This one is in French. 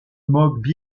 moque